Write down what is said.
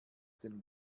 den